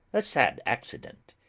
a sad accident!